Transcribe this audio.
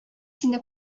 сине